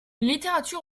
littérature